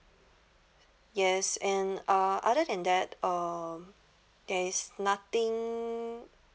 yes and uh other than that um there is nothing